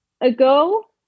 ago